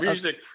Music